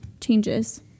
changes